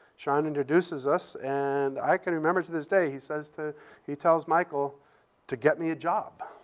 sean introduces us. and i can remember to this day, he says to he tells michael to get me a job.